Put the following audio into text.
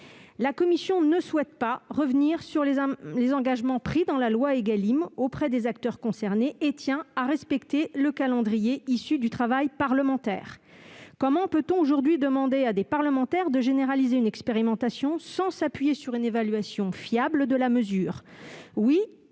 La commission ne souhaite pas revenir sur les engagements pris dans la loi Égalim auprès des acteurs concernés et tient à respecter le calendrier issu du travail parlementaire. Comment peut-on demander à des parlementaires de généraliser une expérimentation, sans s'appuyer sur une évaluation fiable de la mesure ?